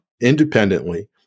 independently